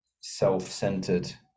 self-centered